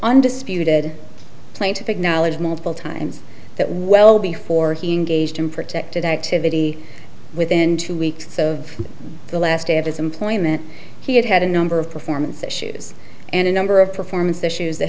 undisputed plaintiff acknowledged multiple times that well before he engaged in protected activity within two weeks of the last day of his employment he had had a number of performance issues and a number of performance issues that